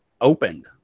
opened